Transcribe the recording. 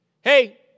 hey